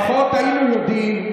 לפחות היינו יודעים,